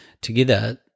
together